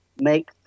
make